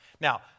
Now